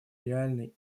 реальный